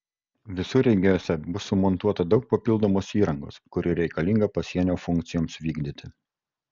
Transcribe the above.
visureigiuose bus sumontuota daug papildomos įrangos kuri reikalinga pasienio funkcijoms vykdyti